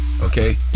Okay